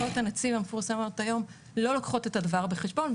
הנחיות הנציב המפורסמות היום לא לוקחות את הדבר בחשבון.